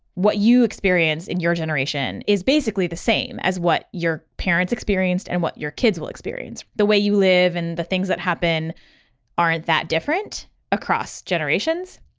what you experience in your generation is basically the same as what your parents experienced and what your kids will experience the way you live and the things that happen aren't that different across generations.